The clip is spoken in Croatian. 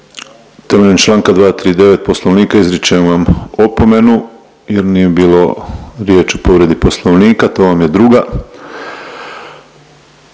Temeljem čl. 239. poslovnika izričem vam opomenu jer nije bilo riječ o povredi poslovnika. To vam je druga.